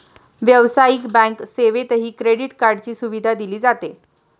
व्यावसायिक बँक सेवेतही क्रेडिट कार्डची सुविधा दिली जाते